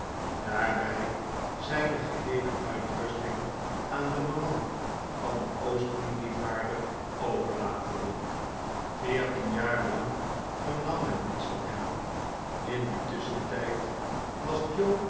daarbij zijne geheele uitrusting aan de bemanning van den oostindievaarder overlatende veertien jaar lang vernam men niets van hem in dien tusschentijd was